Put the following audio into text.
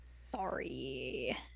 sorry